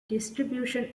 distribution